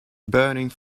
burning